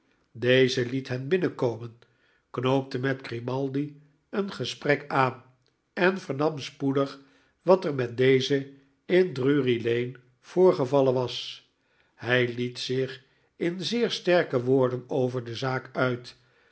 deze liet hen binnenkomen knoopte met grimaldi een gesprek aan en vernam spoedig wat er met dezen in drury-lane voorgevallen was hij liet zich in zeer sterke woorden over de zaak uit